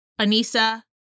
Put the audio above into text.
Anissa